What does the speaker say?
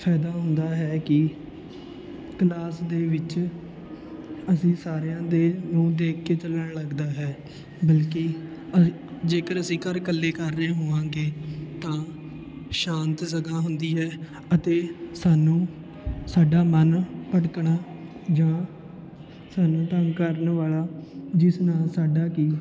ਫਾਇਦਾ ਹੁੰਦਾ ਹੈ ਕਿ ਕਲਾਸ ਦੇ ਵਿੱਚ ਅਸੀਂ ਸਾਰਿਆਂ ਦੇ ਨੂੰ ਦੇਖ ਕੇ ਚੱਲਣ ਲੱਗਦਾ ਹੈ ਬਲਕਿ ਅ ਜੇਕਰ ਅਸੀਂ ਘਰ ਇਕੱਲੇ ਕਰ ਰਹੇ ਹੋਵਾਂਗੇ ਤਾਂ ਸ਼ਾਂਤ ਜਗ੍ਹਾ ਹੁੰਦੀ ਹੈ ਅਤੇ ਸਾਨੂੰ ਸਾਡਾ ਮਨ ਭਟਕਣਾ ਜਾਂ ਸਾਨੂੰ ਤੰਗ ਕਰਨ ਵਾਲਾ ਜਿਸ ਨਾਲ ਸਾਡਾ ਕਿ